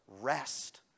rest